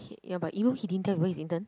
ya but you know he didn't tell his boss his intern